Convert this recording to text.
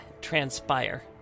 transpire